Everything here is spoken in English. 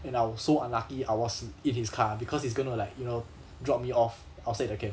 and I was so unlucky I was in in his car because he's going to like you know drop me off outside the camp